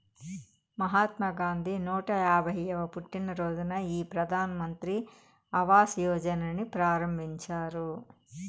మహాత్మా గాంధీ నూట యాభైయ్యవ పుట్టినరోజున ఈ ప్రధాన్ మంత్రి ఆవాస్ యోజనని ప్రారంభించారు